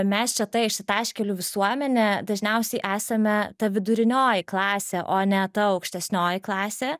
mes čia ta išsitaškelių visuomenė dažniausiai esame ta vidurinioji klasė o ne ta aukštesnioji klasė